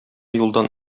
юлдан